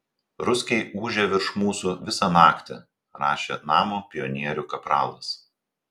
ruskiai ūžia virš mūsų visą naktį rašė namo pionierių kapralas